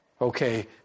Okay